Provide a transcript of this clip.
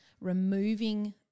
removing